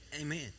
Amen